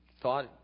thought